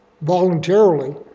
voluntarily